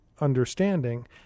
understanding